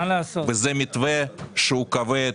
זה מתווה שהוא כבד,